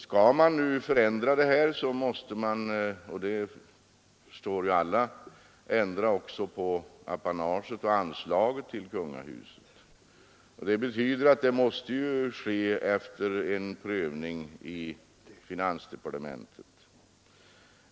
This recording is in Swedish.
Skall man nu ändra denna ordning måste man, som ju alla förstår, ändra också på apanagen och anslagen till kungahuset, och detta måste ske efter en prövning i finansdepartementet.